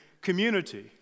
community